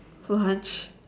for lunch